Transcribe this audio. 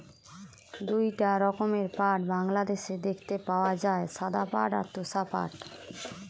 দুইটা রকমের পাট বাংলাদেশে দেখতে পাওয়া যায়, সাদা পাট আর তোষা পাট